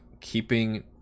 Keeping